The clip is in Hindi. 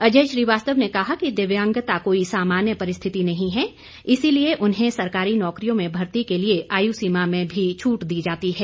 अजय श्रीवास्तव ने कहा कि दिव्यांगता कोई सामान्य परिस्थिति नहीं है इसीलिए उन्हें सरकारी नौकरियों में भर्ती के लिए आयु सीमा में भी छूट दी जाती है